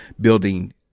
building